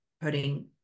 putting